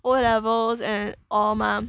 o levels and all mah